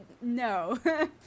no